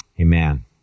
Amen